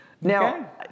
now